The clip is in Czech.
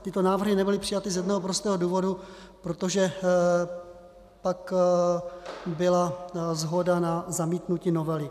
Tyto návrhy nebyly přijaty z jednoho prostého důvodu protože pak byla shoda na zamítnutí novely.